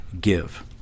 Give